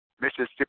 Mississippi